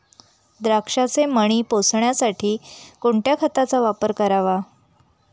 द्राक्षाचे मणी पोसण्यासाठी कोणत्या खताचा वापर करावा?